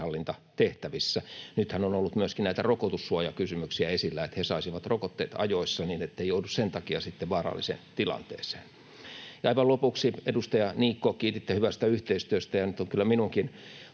Nythän on ollut myöskin näitä rokotussuojakysymyksiä esillä, eli että he saisivat rokotteet ajoissa, niin etteivät joudu sen takia vaaralliseen tilanteeseen. Aivan lopuksi: Edustaja Niikko, kiititte hyvästä yhteistyöstä, ja nyt on kyllä minunkin